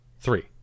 Three